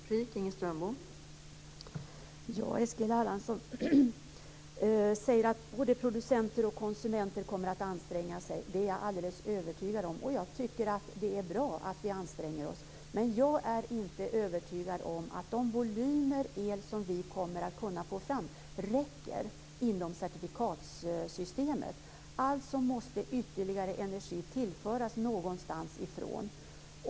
Fru talman! Eskil Erlandsson säger att både producenter och konsumenter kommer att anstränga sig. Det är jag alldeles övertygad om. Jag tycker att det är bra att vi anstränger oss. Men jag är inte övertygad om att de volymer el som vi kommer att kunna få fram inom certifikatsystemet kommer att räcka. Ytterligare energi måste tillföras någonstans ifrån.